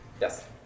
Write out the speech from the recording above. Yes